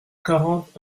quarante